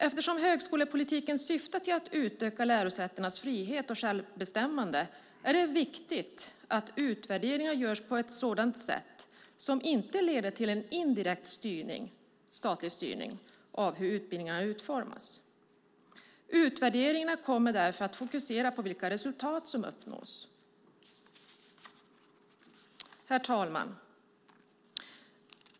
Eftersom högskolepolitiken syftar till att utöka lärosätenas frihet och självbestämmande är det viktigt att utvärderingarna görs på ett sådant sätt att de inte leder till en indirekt statlig styrning av hur utbildningarna utformas. Utvärderingarna kommer därför att fokusera på vilka resultat som uppnås. Herr talman!